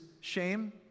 shame